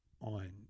on